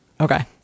Okay